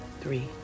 three